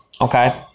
Okay